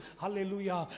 hallelujah